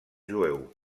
jueu